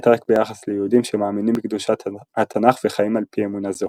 רק ביחס ליהודים שמאמינים בקדושת התנ"ך וחיים על פי אמונה זו.